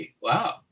Wow